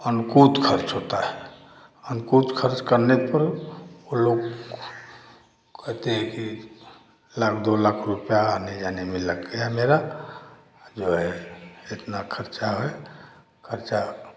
अनुकूत खर्च होता है अनुकूत खर्च करने पर वह लोग कहते हैं कि लाख दो लाख रुपया आने जाने में लग गया मेरा जो है इतना खर्चा है खर्चा